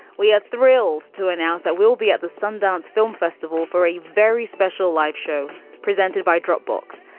we are thrilled to announce that we'll be at the sundance film festival for a very special life show presented by dropbox.